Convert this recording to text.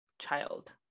Child